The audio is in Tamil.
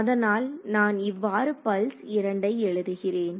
அதனால் நான் இவ்வாறு பல்ஸ் 2 ஐ எழுதுகிறேன்